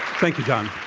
thank you, john.